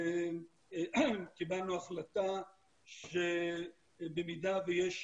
קיבלנו החלטה שבמידה שיש